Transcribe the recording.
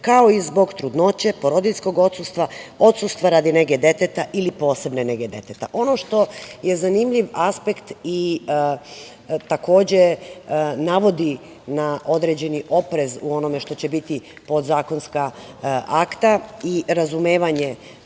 kao i zbog trudnoće, porodiljskog odsustva, odsustva radi nege deteta ili posebne nege deteta. Ono što je zanimljiv aspekt i takođe navodi na određeni oprez u onome što će biti podzakonska akta i razumevanje